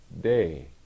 day